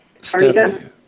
Stephanie